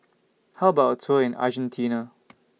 How about A Tour in Argentina